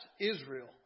Israel